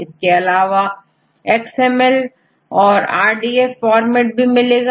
इसके अलावाXML औरRDF फॉर्मेट भी मिलेगा